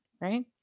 right